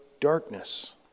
darkness